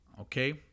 okay